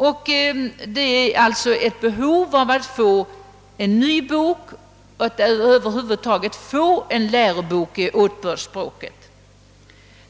Det föreligger alltså behov av en lärobok på åtbördsspråket.